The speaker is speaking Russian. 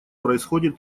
происходит